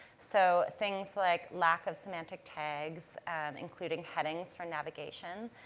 so, things like lack of semantic tags including headings for navigation.